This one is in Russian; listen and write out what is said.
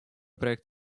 проект